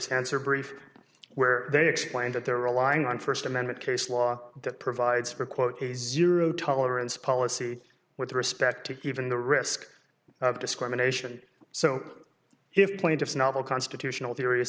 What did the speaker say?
answer brief where they explained that they're relying on first amendment case law that provides for quote a zero tolerance policy with respect to even the risk of discrimination so if plaintiffs novel constitutional theor